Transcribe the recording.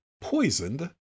poisoned